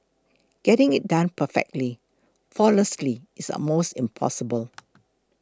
getting it done perfectly flawlessly is almost impossible